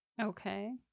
Okay